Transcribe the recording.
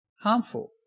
harmful